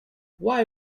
why